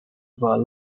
about